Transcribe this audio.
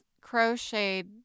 crocheted